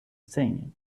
thing